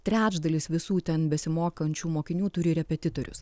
trečdalis visų ten besimokančių mokinių turi repetitorius